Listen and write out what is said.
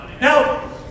Now